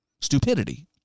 stupidity